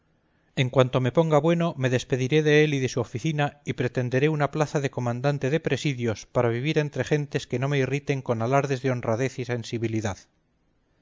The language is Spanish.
en cuanto me ponga bueno me despediré de él y de su oficina y pretenderé una plaza de comandante de presidios para vivir entre gentes que no me irriten con alardes de honradez y sensibilidad